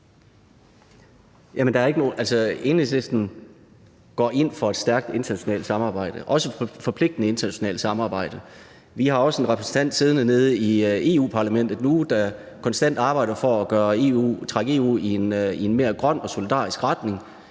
Enhedslisten går ind for et stærkt internationalt samarbejde, også et forpligtende internationalt samarbejde. Vi har også en repræsentant siddende nede i Europa-Parlamentet nu, der konstant arbejder for at trække EU i en mere grøn og solidarisk retning,